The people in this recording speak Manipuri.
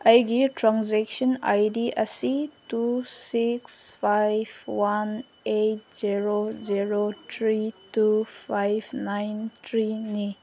ꯑꯩꯒꯤ ꯇ꯭ꯔꯥꯟꯖꯦꯛꯁꯟ ꯑꯥꯏ ꯗꯤ ꯑꯁꯤ two six five one eight zero zero three two five nine ꯊ꯭ꯔꯤꯅꯤ